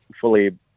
fully